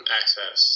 access